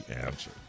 answer